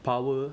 power